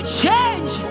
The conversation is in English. change